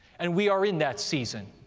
and we are in that season.